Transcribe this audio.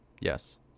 Yes